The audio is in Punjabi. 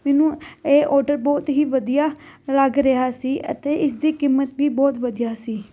ਮੈਨੂੰ ਇਹ ਔਡਰ ਬਹੁਤ ਹੀ ਵਧੀਆ ਲੱਗ ਰਿਹਾ ਸੀ ਅਤੇ ਇਸ ਦੀ ਕੀਮਤ ਵੀ ਬਹੁਤ ਵਧੀਆ ਸੀ